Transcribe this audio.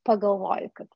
pagalvoju kad